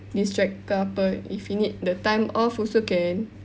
distract ke apa if he need the time off also can